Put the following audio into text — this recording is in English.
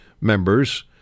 members